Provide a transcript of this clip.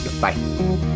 Bye